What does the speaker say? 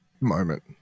moment